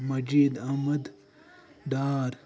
Majeed Ahmad Dar